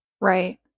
Right